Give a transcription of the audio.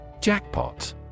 Jackpot